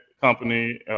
company